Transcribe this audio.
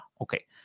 okay